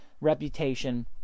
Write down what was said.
reputation